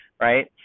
right